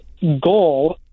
goal